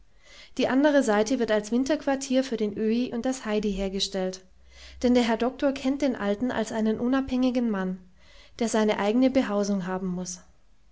die andere seite wird als winterquartier für den öhi und das heidi hergestellt denn der herr doktor kennt den alten als einen unabhängigen mann der seine eigene behausung haben muß